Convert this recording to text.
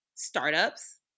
Startups